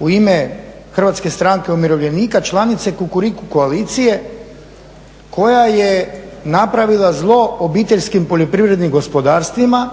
u ime Hrvatske stranke umirovljenika, članice Kukuriku koalicije koja je napravila zlo obiteljskim poljoprivrednim gospodarstvima,